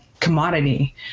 commodity